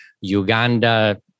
Uganda